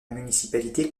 municipalité